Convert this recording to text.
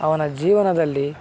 ಅವನ ಜೀವನದಲ್ಲಿ